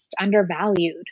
undervalued